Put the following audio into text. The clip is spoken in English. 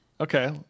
okay